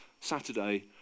saturday